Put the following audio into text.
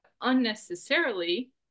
unnecessarily